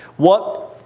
what,